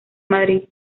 madrid